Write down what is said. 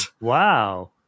Wow